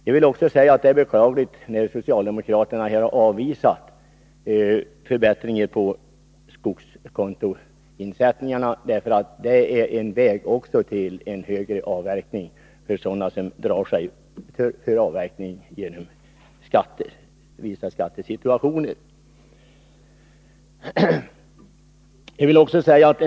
Jag vill också säga att det är beklagligt att socialdemokraterna avvisat förslaget om förbättring när det gäller skogskontoinsättningar, därför att det skulle stimulera till högre avverkningar i fråga om sådana personer som med hänsyn till vissa beskattningsförhållanden drar sig för avverkning.